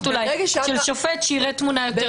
של שופט שיראה אולי תמונה יותר רחבה.